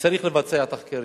וצריך לבצע תחקירים,